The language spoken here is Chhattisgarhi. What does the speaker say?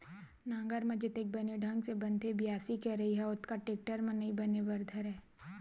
नांगर म जतेक बने ढंग ले बनथे बियासी के करई ह ओतका टेक्टर म नइ बने बर धरय